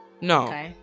No